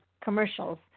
commercials